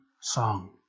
song